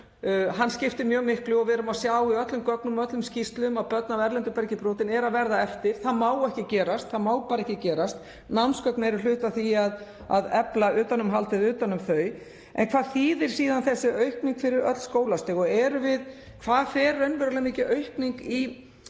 skipti mjög miklu og í öllum gögnum, öllum skýrslum sjáum við að börn af erlendu bergi brotin eru að verða eftir. Það má ekki gerast, það má bara ekki gerast. Námsgögn eru hluti af því að efla utanumhaldið um þau. En hvað þýðir síðan þessi aukning fyrir öll skólastig og hvað fer raunverulega mikil aukning